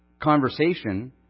conversation